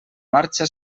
marxa